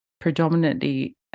predominantly